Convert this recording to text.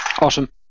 Awesome